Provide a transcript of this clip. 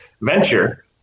venture